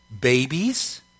babies